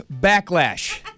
Backlash